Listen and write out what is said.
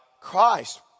Christ